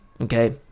okay